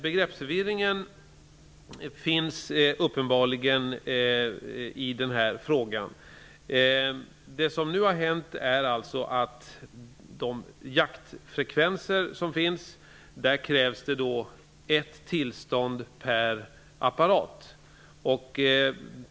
Begreppsförvirring finns uppenbarligen i frågan. Vad som nu har hänt är att det krävs ett tillstånd per apparat.